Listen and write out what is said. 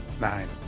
Nine